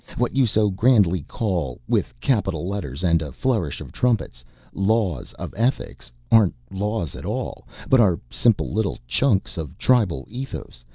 what you so grandly call with capital letters and a flourish of trumpets laws of ethics aren't laws at all, but are simple little chunks of tribal ethos,